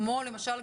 כמו למשל,